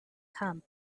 come